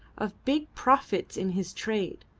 of big profits in his trade,